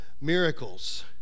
miracles